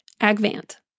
Agvant